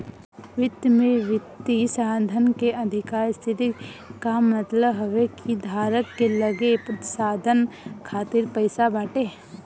वित्त में वित्तीय साधन के अधिका स्थिति कअ मतलब हवे कि धारक के लगे साधन खातिर पईसा बाटे